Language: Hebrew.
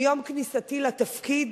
מיום כניסתי לתפקיד